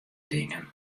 dingen